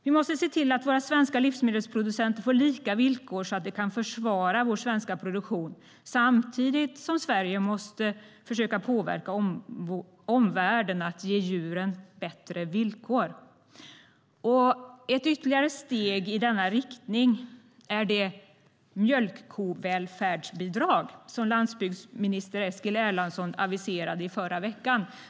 Vi måste se till att våra svenska livsmedelsproducenter får lika villkor så att de kan försvara vår svenska produktion samtidigt som Sverige måste försöka påverka omvärlden att ge djuren bättre villkor. Ett ytterligare steg i denna riktning är det mjölkkovälfärdsbidrag som landsbygdsminister Eskil Erlandsson aviserade i förra veckan.